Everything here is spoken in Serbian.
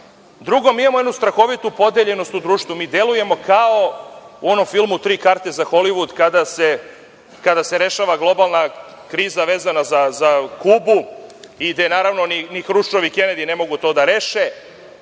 mi imamo jednu strahovitu podeljenost u društvu, delujemo kao u onom filmu „Tri karte za Holivud“ kada se rešava globalna kriza vezana za Kubu i gde ni Hruščov ni Kenedi ne mogu to da reše,